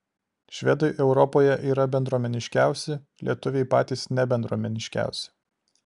švedai europoje yra bendruomeniškiausi lietuviai patys nebendruomeniškiausi